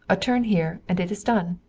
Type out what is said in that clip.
a turn here, and it is done!